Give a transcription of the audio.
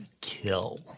kill